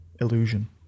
illusion